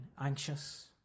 anxious